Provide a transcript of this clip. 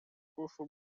куффы